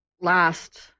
last